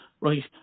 right